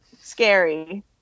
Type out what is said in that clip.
Scary